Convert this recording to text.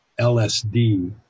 LSD